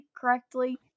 correctly